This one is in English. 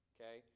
Okay